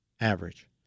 average